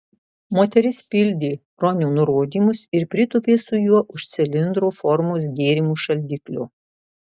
moteris pildė ronio nurodymus ir pritūpė su juo už cilindro formos gėrimų šaldiklio